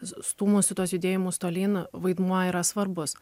stūmusių tuos judėjimus tolyn vaidmuo yra svarbus